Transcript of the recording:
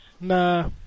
Nah